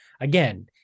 again